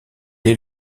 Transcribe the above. est